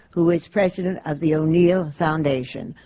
who is president of the o'neill foundation.